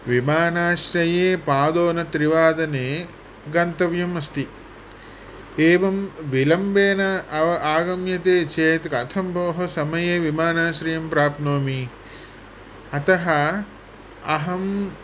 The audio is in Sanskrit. विमानाश्रये पादोनत्रिवादने गन्तव्यम् अस्ति एवं विलम्बेन आगम्यते चेत् कथं भोः समये विमानाश्रयं प्राप्नोमि अतः अहम्